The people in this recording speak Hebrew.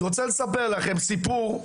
אני רוצה לספר לכם סיפור,